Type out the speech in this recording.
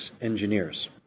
engineers